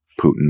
Putin